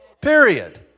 Period